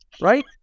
Right